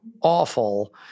awful